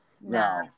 No